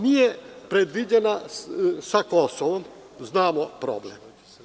Nije predviđena sa Kosovom, znamo problem.